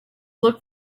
look